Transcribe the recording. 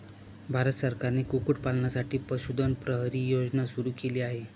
भारत सरकारने कुक्कुटपालनासाठी पशुधन प्रहरी योजना सुरू केली आहे